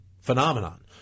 phenomenon